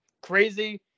crazy